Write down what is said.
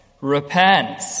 repent